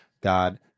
God